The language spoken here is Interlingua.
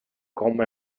como